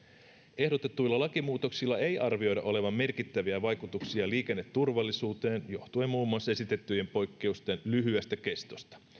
ehdotetuilla lakimuutoksilla ei arvioida olevan merkittäviä vaikutuksia liikenneturvallisuuteen johtuen muun muassa esitettyjen poikkeusten lyhyestä kestosta